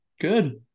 Good